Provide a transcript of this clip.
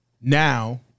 now